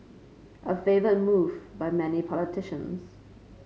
a favoured move by many politicians